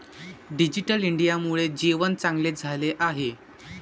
digital इंडियामुळे जीवन चांगले झाले आहे